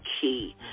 key